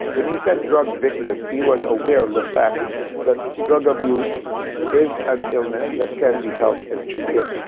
when he said drug victims, he was aware of the fact that drug abuse is an illness that can be helped and treated.